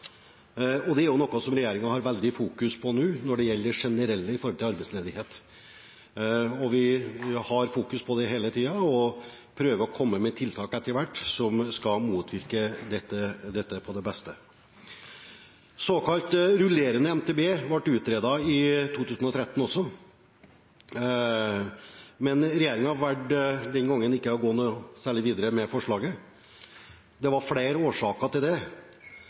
er noe som regjeringen fokuserer veldig på nå, når det gjelder det generelle i forbindelse med arbeidsledighet. Vi fokuserer på det hele tiden og prøver etter hvert å komme med tiltak som best skal motvirke dette. Såkalt rullerende MTB ble utredet også i 2013, men regjeringen valgte den gangen ikke å gå noe særlig videre med forslaget. Det var flere årsaker til det.